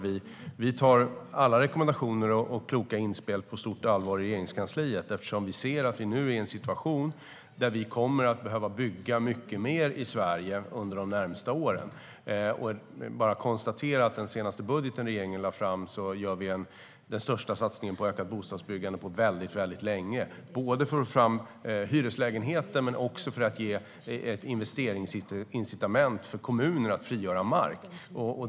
Vi tar alla rekommendationer och inspel på stort allvar i Regeringskansliet. Vi är nu i en situation där vi kommer att behöva bygga mycket mer under de närmaste åren. I den senaste budgeten som regeringen lade fram gör vi den största satsningen på bostadsbyggande på väldigt länge. Det gör vi för att få fram hyreslägenheter men också för att ge ett investeringsincitament till kommunerna att frigöra mark.